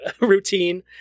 routine